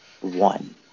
one